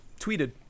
tweeted